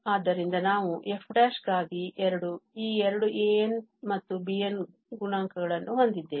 ಆದ್ದರಿಂದ ನಾವು f ಗಾಗಿ ಈ ಎರಡು an's ಮತ್ತು bn's ಗುಣಾಂಕಗಳನ್ನು ಹೊಂದಿದ್ದೇವೆ